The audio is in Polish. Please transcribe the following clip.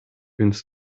więc